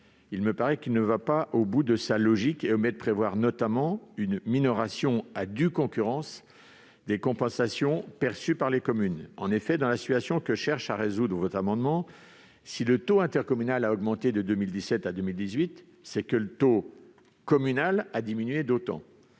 plan technique, il ne va pas au bout de sa logique et omet de prévoir, notamment, une minoration à due concurrence des compensations perçues par les communes. En effet, dans la situation que cherche à résoudre cet amendement, si le taux intercommunal a augmenté entre 2017 et 2018, c'est que le taux communal a diminué d'autant.